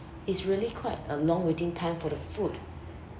it's really quite a long waiting time for the food